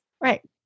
Right